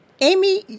Amy